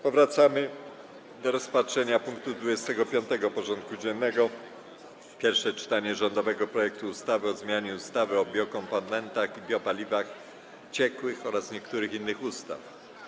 Powracamy do rozpatrzenia punktu 25. porządku dziennego: Pierwsze czytanie rządowego projektu ustawy o zmianie ustawy o biokomponentach i biopaliwach ciekłych oraz niektórych innych ustaw.